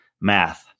math